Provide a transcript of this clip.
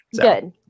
good